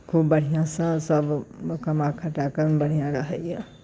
खूब बढ़िआँसँ सभ कमा खटा कऽ बढ़िआँ रहैए